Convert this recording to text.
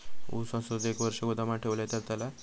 ऊस असोच एक वर्ष गोदामात ठेवलंय तर चालात?